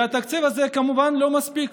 והתקציב הזה כמובן לא מספיק.